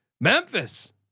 Memphis